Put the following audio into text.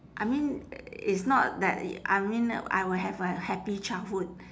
I mean it's not that I mean I will have a happy childhood